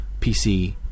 PC